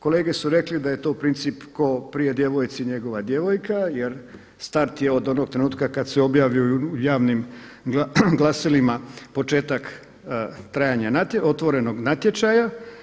Kolege su rekli da je to princip tko prije djevojci njegova djevojka, jer start je od onog trenutka kad se objavi u javnim glasilima početak trajanja otvorenog natječaja.